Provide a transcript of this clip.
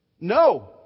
no